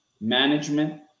management